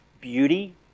beauty